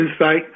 insight